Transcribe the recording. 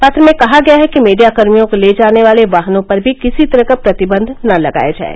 पत्र में कहा गया है कि मीडिया कर्मियों को ले जाने वाले वाहनों पर भी किसी तरह का प्रतिबंध न लगाया जाये